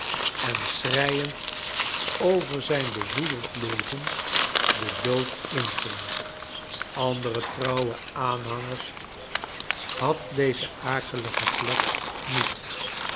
en schreiend over zijn bezoedeld leven den dood inging andere trouwe aanhangers had deze akelige plek niet